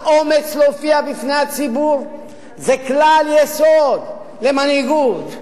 האומץ להופיע בפני הציבור זה כלל יסוד למנהיגות.